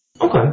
Okay